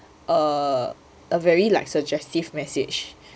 err a very like suggestive message